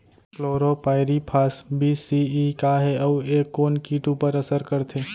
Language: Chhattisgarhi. क्लोरीपाइरीफॉस बीस सी.ई का हे अऊ ए कोन किट ऊपर असर करथे?